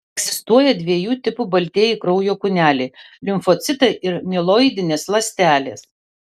egzistuoja dviejų tipų baltieji kraujo kūneliai limfocitai ir mieloidinės ląstelės